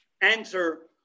answer